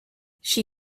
she